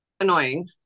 annoying